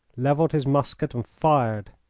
levelled his musket, and fired.